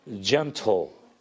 gentle